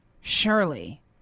Surely